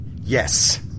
Yes